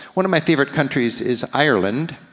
one of my favorite countries is ireland.